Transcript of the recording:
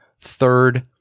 third